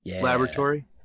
Laboratory